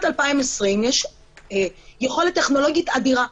יש יכולת טכנולוגית אדירה.